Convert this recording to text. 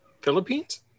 Philippines